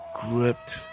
gripped